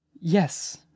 Yes